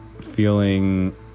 feeling